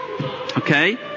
Okay